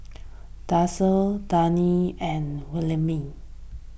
Darci Danna and Wilhelmina